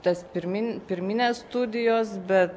tas pirmin pirminės studijos bet